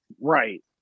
right